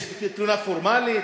יש תלונה פורמלית?